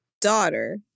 daughter